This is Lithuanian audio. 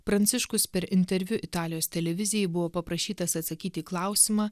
pranciškus per interviu italijos televizijai buvo paprašytas atsakyti į klausimą